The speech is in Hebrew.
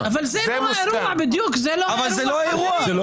ואני פונה לנציגי הציבור שלי ואני